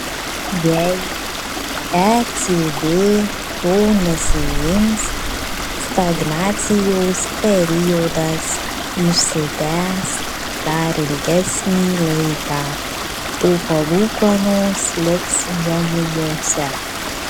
jei ecb to nesiims stagnacijos periodas išsitęs dar ilgesnį laiką o palūkanos liks žemumose